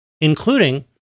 including